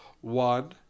one